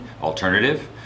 alternative